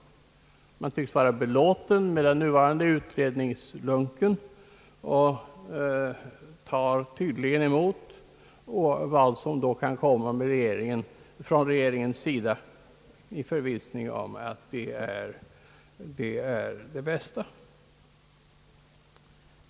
Utskottet tycks vara belåtet med den nuvarande utredningslunken och tar tydligen emot vad som sedan kan komma från regeringen i förvissningen om att det är det bästa.